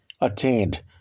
attained